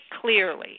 clearly